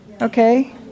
Okay